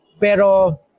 Pero